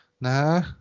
Nah